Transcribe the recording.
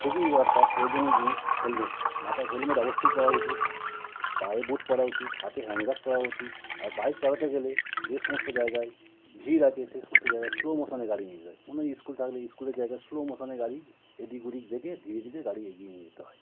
খুবই দরকার প্রয়োজনীয় জিনিস হেলমেট মাথায় হেলমেট অবশ্যই পরা উচিত পায়ে বুট পরা উচিত হাতে হ্যান্ড গ্লাভস পরা উচিত আর বাইক চালাতে গেলে যে সমস্ত জায়গায় ভিড় আছে সে সমস্ত জায়গায় স্লো মোশানে গাড়ি নিয়ে যেতে হয় কোনো স্কুল থাকলে স্কুলের জায়গায় স্লো মোশানে গাড়ি এদিক ওদিক দেখে ধীরে ধীরে গাড়ি এগিয়ে নিয়ে যেতে হয়